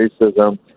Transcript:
racism